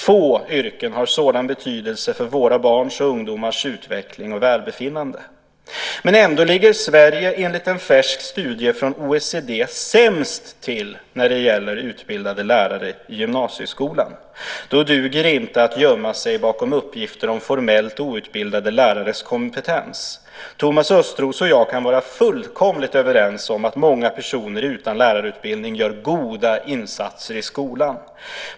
Få yrken har sådan betydelse för våra barns och ungdomars utveckling och välbefinnande. Men ändå ligger Sverige enligt en färsk studie från OECD sämst till när det gäller utbildade lärare i gymnasieskolan. Då duger det inte att gömma sig bakom uppgifter om formellt outbildade lärares kompetens. Thomas Östros och jag kan vara fullkomligt överens om att många personer utan lärarutbildning gör goda insatser i skolan.